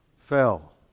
fell